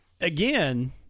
again